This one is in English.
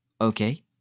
Okay